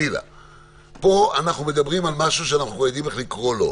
פה אנחנו מדברים על משהו שאנחנו יודעים איך לקרוא לו.